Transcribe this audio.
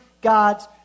God's